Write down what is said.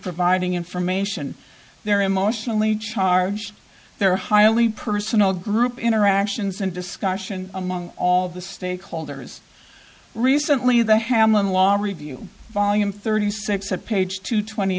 providing information they're emotionally charged they're highly personal group interactions and discussion among all the stakeholders recently the hamelin law review volume thirty six at page two twenty